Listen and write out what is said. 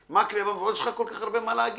מקלב יש לך כל כך הרבה מה להגיד.